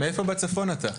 מאיפה בצפון אתה?